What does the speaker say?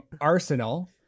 Arsenal